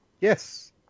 Yes